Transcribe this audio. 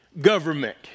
Government